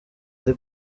ari